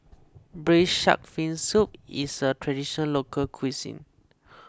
Braised Shark Fin Soup is a Traditional Local Cuisine